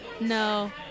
No